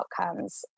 outcomes